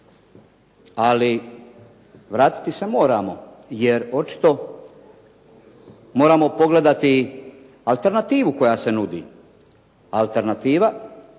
ali vratiti se moramo jer očito moramo pogledati alternativu koja se nudi. Alternativa,